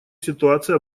ситуации